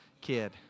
kid